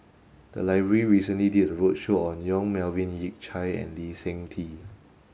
the library recently did a roadshow on Yong Melvin Yik Chye and Lee Seng Tee